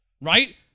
right